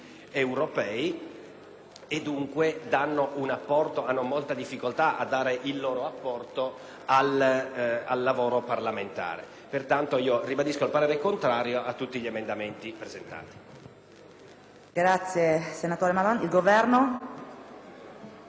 europei e dunque incontrano grandi difficoltà ad apportare il loro contributo al lavoro parlamentare. Pertanto, ribadisco il parere contrario a tutti gli emendamenti presentati.